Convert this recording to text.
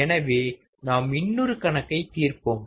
எனவே நாம் இன்னொரு கணக்கை தீர்ப்போம்